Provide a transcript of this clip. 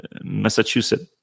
Massachusetts